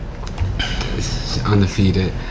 undefeated